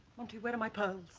monty where are my pearls?